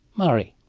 mari.